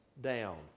down